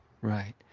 right